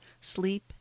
sleep